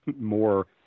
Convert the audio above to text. more